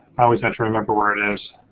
i always have to remember where it is.